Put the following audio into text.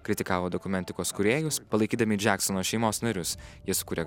kritikavo dokumentikos kūrėjus palaikydami džeksono šeimos narius jis kuria